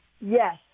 Yes